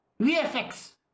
VFX